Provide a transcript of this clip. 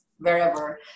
wherever